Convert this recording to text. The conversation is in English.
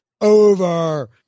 over